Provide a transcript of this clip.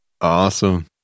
awesome